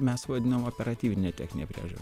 mes vadinam operatyvine technine priežiūra